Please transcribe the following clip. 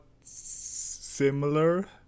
similar